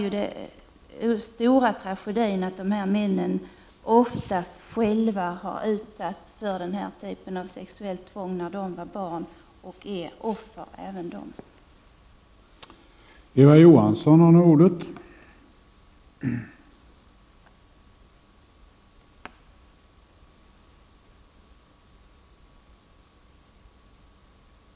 Till den stora tragedin hör att de här männen oftast själva har utsatts för denna typ av sexuellt våld som barn och alltså även de är offer.